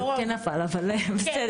זה כן נפל, אבל בסדר...